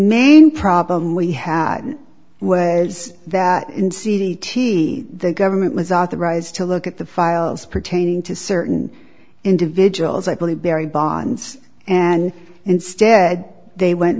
main problem we had was that in cd t the government was authorized to look at the files pertaining to certain individuals i believe barry bonds and instead they went